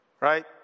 right